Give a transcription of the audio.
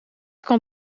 kan